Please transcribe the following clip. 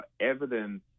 evidence